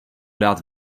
dát